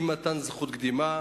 אי-מתן זכות קדימה,